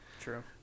True